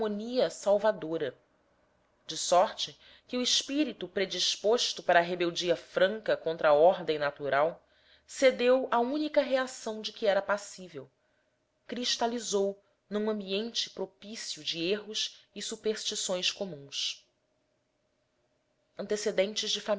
harmonia salvadora de sorte que o espírito predisposto para a rebeldia franca contra a ordem natural cedeu à única reação de que era passível cristalizou num ambiente propício de erros e superstições comuns antecedentes de